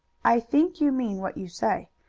i think you mean what you say,